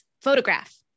Photograph